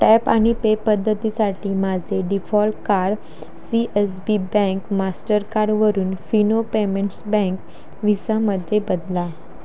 tap आणि pay पद्धतीसाठी माझे default card C S B bank मास्टरकार्डवरून फिनो पेमेंट्स बँक विसामध्ये बदला